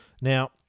Now